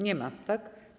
Nie ma, tak?